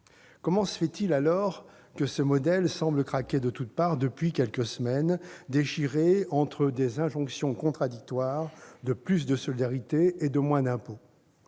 Comment se fait-il, alors, que ce modèle semble craquer de toutes parts depuis quelques semaines, déchiré entre des injonctions contradictoires de « plus de solidarité » et de « moins d'impôt »